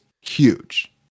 huge